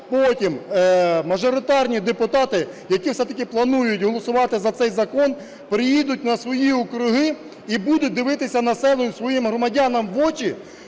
потім мажоритарні депутати, які все-таки планують голосувати за цей закон, приїдуть на свої округи і будуть дивитися населенню, своїм громадянам в очі,